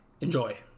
Enjoy